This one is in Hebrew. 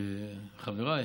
חבריי.